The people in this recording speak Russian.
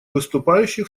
выступающих